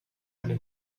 eine